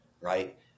right